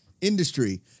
industry